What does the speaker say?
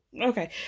Okay